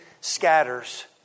scatters